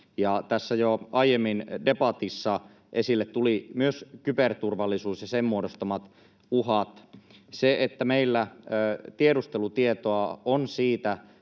Tässä jo aiemmin debatissa tuli esille myös kyberturvallisuus ja sen muodostamat uhat. Se, että meillä on tiedustelutietoa siitä,